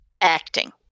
Acting